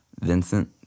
Vincent